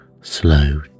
slow